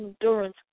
endurance